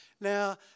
now